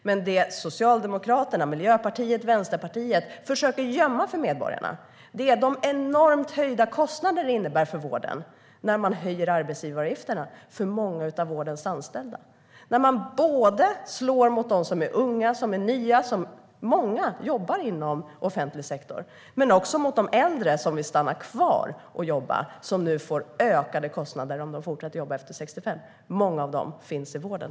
Men det Socialdemokraterna, Miljöpartiet och Vänsterpartiet försöker gömma för medborgarna är de enormt höjda kostnader det innebär för vården när man höjer arbetsgivaravgifterna för många av vårdens anställda. Man slår både mot dem som är unga och nya - många av dem jobbar inom offentlig sektor - och mot de äldre som vill stanna kvar och jobba och som nu får ökade kostnader om de fortsätter att jobba efter 65. Många av dem finns i vården.